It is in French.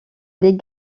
les